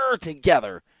together